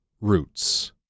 Roots